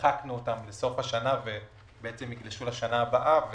דחקנו אותן לסוף השנה והן יגלשו לשנה הבאה.